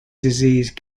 disease